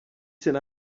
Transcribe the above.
cent